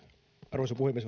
arvoisa puhemies